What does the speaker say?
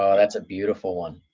um that's a beautiful one.